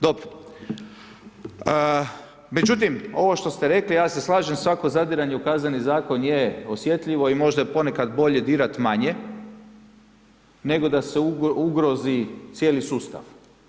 Dobro, međutim, ovo što ste rekli, ja se slažem svako zadiranje u Kazneni zakon je osjetljivo i možda je ponekad bolje dirati manje nego da se ugrozi cijeli sustav.